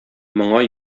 моңа